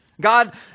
God